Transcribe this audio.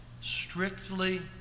strictly